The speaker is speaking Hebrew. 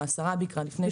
או השרה ביקרה לפני שבועיים.